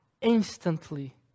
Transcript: instantly